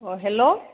অঁ হেল্ল'